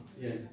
Yes